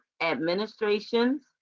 administration's